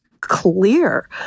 clear